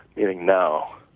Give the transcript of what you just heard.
meaning now,